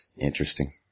Interesting